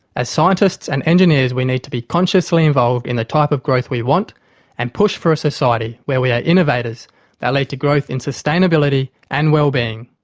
as scientists and engineers we need to be consciously involved in the type of growth we want and push for a society where we are innovators that lead to growth in sustainability and wellbeing.